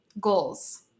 goals